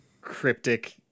cryptic